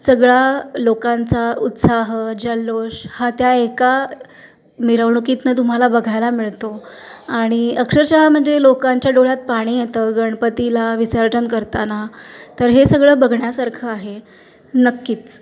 सगळा लोकांचा उत्साह जल्लोष हा त्या एका मिरवणुकीतून तुम्हाला बघायला मिळतो आणि अक्षरशः म्हणजे लोकांच्या डोळ्यात पाणी येतं गणपतीला विसर्जन करताना तर हे सगळं बघण्यासारखं आहे नक्कीच